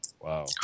Wow